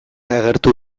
agertu